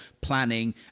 planning